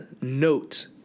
note